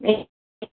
एक